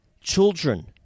Children